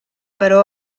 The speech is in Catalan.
però